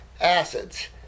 Acids